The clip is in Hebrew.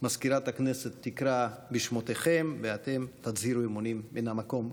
מזכירת הכנסת תקרא בשמותיכם ואתם תצהירו אמונים מן המקום.